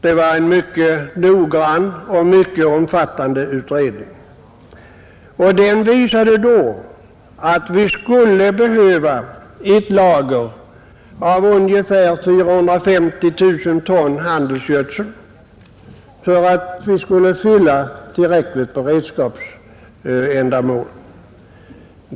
Det var en utomordentligt noggrann och omfattande utredning, och den visade att vi skulle behöva ett lager av ungefär 450 000 ton handelsgödsel för att uppfylla kraven på tillräcklig beredskap.